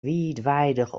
wiidweidich